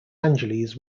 angeles